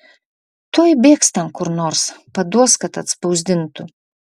tuoj bėgs ten kur nors paduos kad atspausdintų